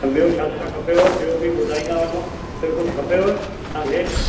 ॿियो छा छा खपेव ॿियो बि ॿुधाइंदा वञो ॿियो कुझु खपेव तव्हांखे